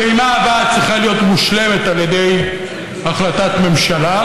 הפעימה הבאה צריכה להיות מושלמת על ידי החלטת ממשלה.